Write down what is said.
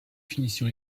finition